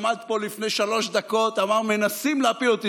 הוא עמד פה לפני שלוש דקות ואמר: מנסים להפיל אותי.